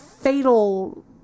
fatal